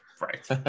right